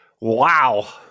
Wow